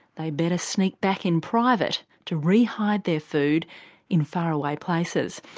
they'd better sneak back in private to re-hide their food in far away places.